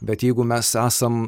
bet jeigu mes esam